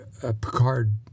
Picard